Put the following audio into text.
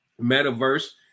metaverse